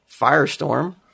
firestorm